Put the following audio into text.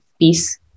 peace